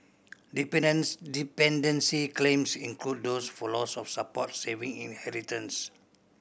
dependence dependency claims include those for loss of support saving and inheritance